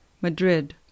Madrid